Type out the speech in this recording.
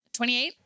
28